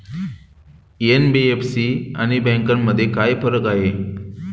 NBFC आणि बँकांमध्ये काय फरक आहे?